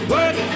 Work